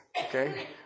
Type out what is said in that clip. okay